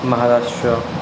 Maharashtra